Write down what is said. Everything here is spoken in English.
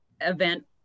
event